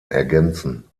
ergänzen